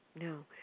no